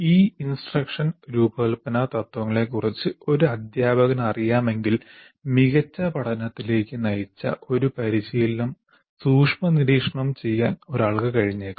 ഈ ഇൻസ്ട്രക്ഷൻ രൂപകൽപ്പന തത്വങ്ങളെക്കുറിച്ച് ഒരു അദ്ധ്യാപകന് അറിയാമെങ്കിൽ മികച്ച പഠനത്തിലേക്ക് നയിച്ച ഒരു പരിശീലനം സൂക്ഷ്മനിരീക്ഷണം ചെയ്യാൻ ഒരാൾക്ക് കഴിഞ്ഞേക്കും